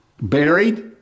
buried